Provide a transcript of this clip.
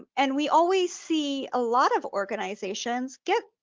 um and we always see a lot of organizations get.